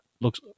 Looks